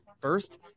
First